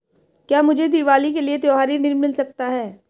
क्या मुझे दीवाली के लिए त्यौहारी ऋण मिल सकता है?